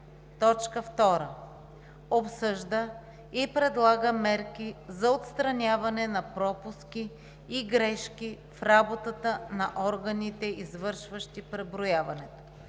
2. обсъжда и предлага мерки за отстраняване на пропуски и грешки в работата на органите, извършващи преброяването;